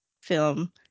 film